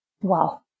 Wow